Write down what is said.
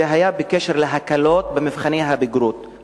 זה היה בקשר להקלות במבחני הבגרות,